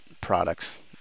products